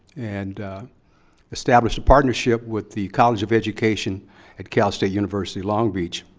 and establish a partnership with the college of education at cal state university long beach.